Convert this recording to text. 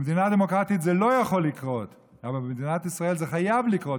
במדינה דמוקרטית זה לא יכול לקרות אבל במדינת ישראל זה חייב לקרות,